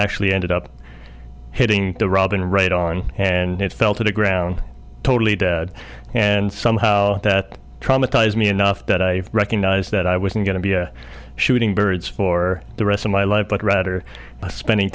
actually ended up hitting the robin right on and it fell to the ground totally and somehow that traumatized me enough that i recognized that i was going to be a shooting birds for the rest of my life but rather by spending